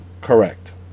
correct